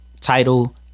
title